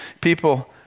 People